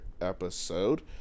episode